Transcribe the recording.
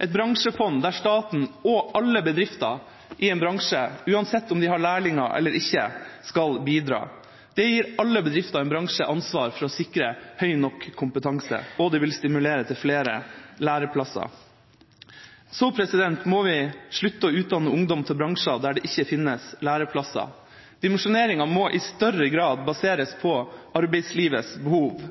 et bransjefond der staten og alle bedrifter i en bransje, uansett om de har lærlinger eller ikke, skal bidra. Det gir alle bedrifter i en bransje ansvar for å sikre høy nok kompetanse, og det vil stimulere til flere læreplasser. Vi må slutte å utdanne ungdom til bransjer der det ikke finnes læreplasser. Dimensjoneringa må i større grad baseres på arbeidslivets behov.